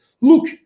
Look